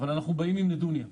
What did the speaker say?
אבל אנחנו באים עם נדוניה.